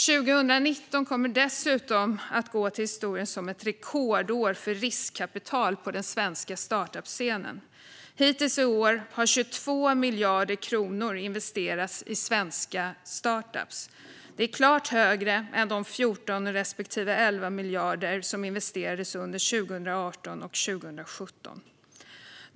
År 2019 kommer dessutom att gå till historien som ett rekordår för riskkapital på den svenska startup-scenen - hittills i år har 22 miljarder kronor investerats i svenska startup-företag. Det är klart mer än de 14 respektive 11 miljarder som investerades under 2018 och 2017.